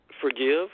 forgive